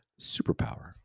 superpower